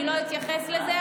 אני לא אתייחס לזה,